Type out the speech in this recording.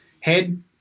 Head